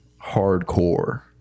hardcore